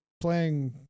playing